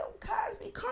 Cosby